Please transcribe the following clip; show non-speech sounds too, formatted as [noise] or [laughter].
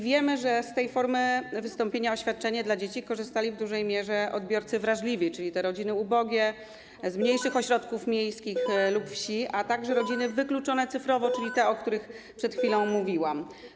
Wiemy, że z tej formy wystąpienia o świadczenie dla dzieci w dużej mierze korzystali odbiorcy wrażliwi, czyli rodziny ubogie, z mniejszych [noise] ośrodków miejskich lub ze wsi, a także rodziny wykluczone cyfrowo, czyli te, o których przed chwilą mówiłam.